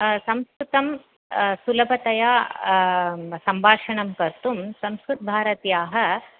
संस्कृतं सुलभतया सम्बाषणं कर्तुं संस्कृतभारत्याः